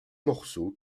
morceaux